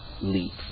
leap